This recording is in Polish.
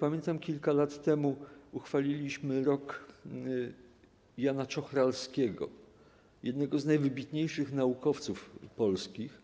Pamiętam, jak kilka lat temu uchwaliliśmy rok Jana Czochralskiego, jednego z najwybitniejszych naukowców polskich,